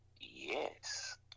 Yes